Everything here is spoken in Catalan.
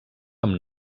amb